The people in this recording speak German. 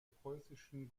preußischen